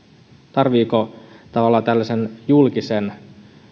tarvitseeko tavallaan tällaisen julkisen